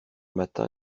matin